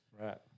right